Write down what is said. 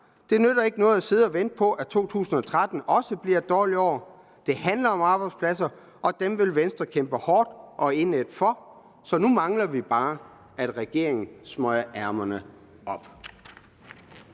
Det nytter ikke noget at sidde og vente på, at 2013 også bliver et dårligt år. Det handler om arbejdspladser, og dem vil Venstre kæmpe hårdt og indædt for, så nu mangler vi bare, at regeringen smøger ærmerne op.